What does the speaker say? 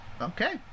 Okay